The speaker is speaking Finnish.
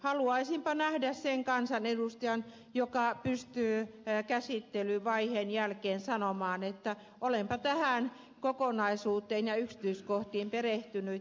haluaisinpa nähdä sen kansanedustajan joka pystyy käsittelyvaiheen jälkeen sanomaan että olenpa tähän kokonaisuuteen ja yksityiskohtiin perehtynyt